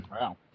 Wow